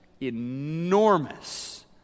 enormous